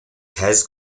pez